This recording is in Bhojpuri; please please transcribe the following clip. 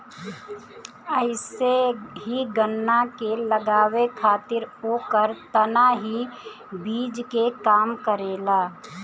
अइसे ही गन्ना के लगावे खातिर ओकर तना ही बीज के काम करेला